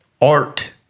art